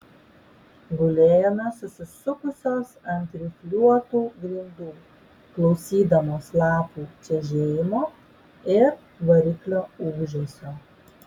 gulėjome susisukusios ant rifliuotų grindų klausydamos lapų čežėjimo ir variklio ūžesio